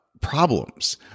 problems